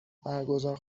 برگزار